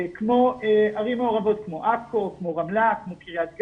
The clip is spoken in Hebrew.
ערים מעורבות כמו עכו, כמו רמלה, כמו קריית גת,